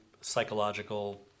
psychological